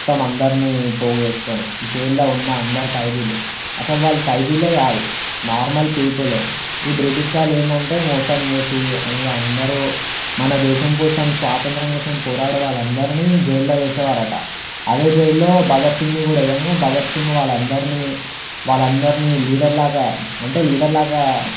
మొత్తం అందరిని పోగేసుకొని జైల్లో ఉన్న అందరు ఖైదీలు అసలు వాళ్ళు ఖైదీలే కాదు నార్మల్ పీపులు ఈ బ్రిటిష్ వాళ్ళు ఏందంటే మోసం చేసి ఇక అందరూ మన దేశం కోసం స్వాతంత్రం కోసం పోరాడే వాళ్ళందరినీ జైల్లో వేసేవారట అదే జైల్లో భగత్ సింగ్ ని వేయంగనే భగత్ సింగ్ వాళ్ళందర్నీ వాళ్ళందర్నీ లీడర్ లాగా అంటే లీడర్ లాగా